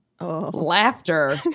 laughter